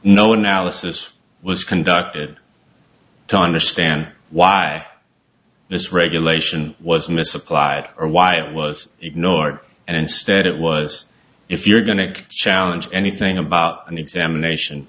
no one alice this was conducted to understand why this regulation was misapplied or why it was ignored and instead it was if you're going to challenge anything about an examination